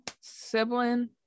sibling